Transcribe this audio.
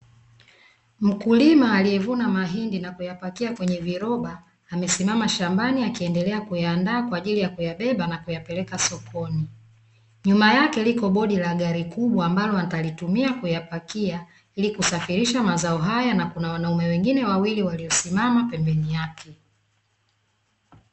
Mkulima aliye vuna mahindi na kuya pakia kwenye viroba, amesimama shambani akiendelea kuyaanda kwa ajili ya kuyabeba na kuyapeleka sokoni, nyuma yake lipo bodi la gari kubwa ambalo atalitumia kuya pakia ili kusafirisha mazao haya na kuna wanaume wengine wawili waliosimama pembeni yake.